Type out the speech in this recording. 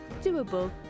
doable